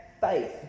faith